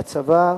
בצבא,